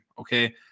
Okay